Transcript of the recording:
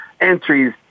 entries